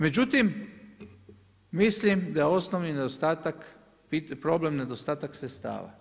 Međutim, mislim da je osnovni nedostatak problem nedostatak sredstava.